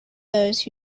those